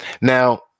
Now